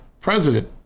president